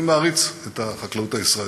אני מעריץ את החקלאות הישראלית.